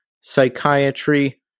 psychiatry